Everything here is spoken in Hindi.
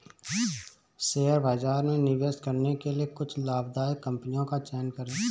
शेयर बाजार में निवेश करने के लिए कुछ लाभदायक कंपनियों का चयन करें